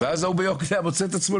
לא במרכז תל אביב יהיה הסניף הראשון שנסגר